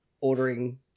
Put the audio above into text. ordering